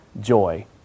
joy